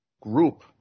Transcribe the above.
group